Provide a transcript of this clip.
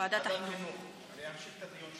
ועדת החינוך, להמשיך את הדיון שם.